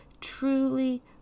truly